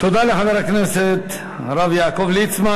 תודה לחבר הכנסת הרב יעקב ליצמן.